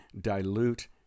dilute